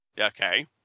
Okay